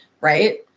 Right